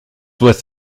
with